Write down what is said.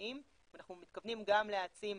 משמעותיים ואנחנו מתכוונים גם להעצים